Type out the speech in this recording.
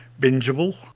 bingeable